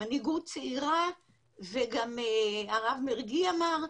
וגם הרב מרגי אמר,